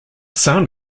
sound